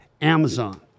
Amazon